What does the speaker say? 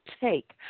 take